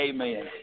Amen